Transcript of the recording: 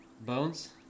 Bones